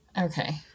okay